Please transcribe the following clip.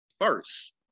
first